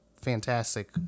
fantastic